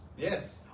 Yes